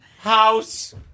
House